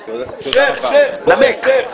נמק,